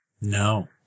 no